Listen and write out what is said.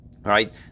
right